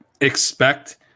expect